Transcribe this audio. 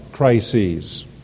crises